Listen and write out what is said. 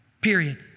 Period